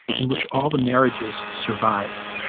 in which all the marriages survived.